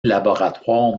laboratoire